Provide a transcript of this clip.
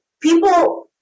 people